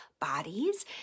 bodies